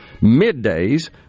Midday's